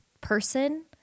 person